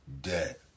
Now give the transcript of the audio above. debt